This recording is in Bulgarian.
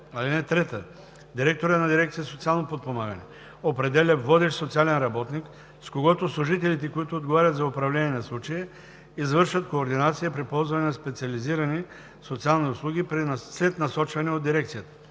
(3) Директорът на дирекция „Социално подпомагане“ определя водещ социален работник, с когото служителите, които отговарят за управление на случая, извършват координация при ползване на специализирани социални услуги след насочване от дирекцията.